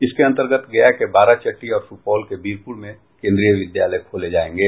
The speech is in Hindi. इसके अंतर्गत गया के बाराचट्टी और सुपौल के वीरपुर में केन्द्रीय विद्यालय खोले जायेंगे